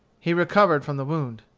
he recovered from the wound.